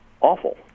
awful